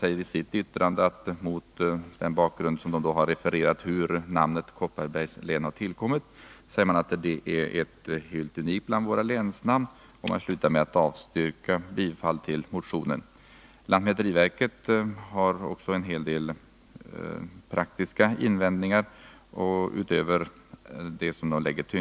I sitt yttrande säger man, efter att ha refererat till hur namnet Kopparbergs län har tillkommit, att det är helt unikt bland våra länsnamn. Man slutar med att avstyrka bifall till motionen. Lantmäteriverket, som också har yttrat sig, har en del praktiska invändningar mot ett namnbyte.